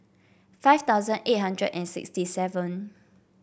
five thousand eight hundred and sixty seven